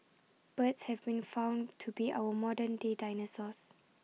birds have been found to be our modern day dinosaurs